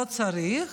לא צריך,